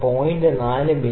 5 സ്വീകാര്യമല്ല ഞങ്ങൾക്ക് 0